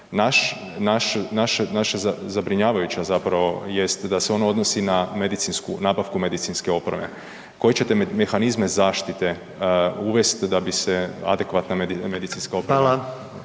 naša zabrinjavajuća jest da se ona odnosi na medicinsku, nabavku medicinske opreme. Koje ćete mehanizme zaštite uvesti da bi se adekvatna medicinska oprema